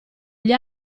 gli